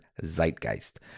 zeitgeist